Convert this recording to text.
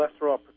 cholesterol